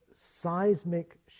seismic